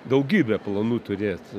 daugybę planų turėt